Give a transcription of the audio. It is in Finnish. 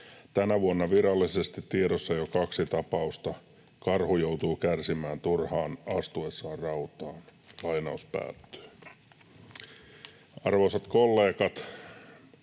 Tänä vuonna virallisesti tiedossa jo kaksi tapausta. Karhu joutuu kärsimään turhaan astuessaan rautaan.” Arvoisat kollegat!